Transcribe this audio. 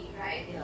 right